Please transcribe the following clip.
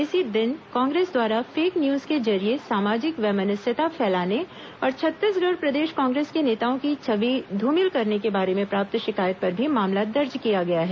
इसी दिन कांग्रेस द्वारा फेक न्यूज के जरिए सामाजिक वैमनस्यता फैलाने और छत्तीसगढ़ प्रदेश कांग्रेस के नेताओं की छवि ध्रमिल करने के बारे में प्राप्त शिकायत पर भी मामला दर्ज किया गया है